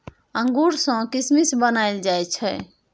अंगूर सँ किसमिस बनाएल जाइ छै